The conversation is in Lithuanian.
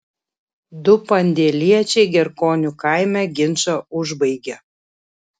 du pandėliečiai gerkonių kaime ginčą užbaigė